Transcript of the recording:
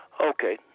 Okay